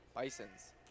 Bison's